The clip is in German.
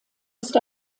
ist